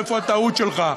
איפה הטעות שלך.